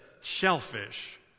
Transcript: shellfish